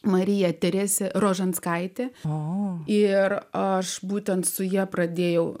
marija teresė rožanskaitė o ir aš būtent su ja pradėjau